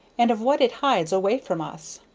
and of what it hides away from us.